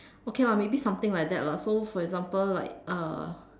okay lah maybe something like that lah so for example like uh